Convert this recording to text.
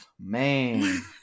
Man